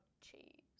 cheese